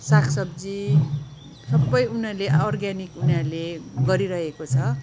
सागसब्जी सबै उनीहरूले अर्ग्यानिक उनीहरूले गरिरहेको छ